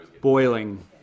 boiling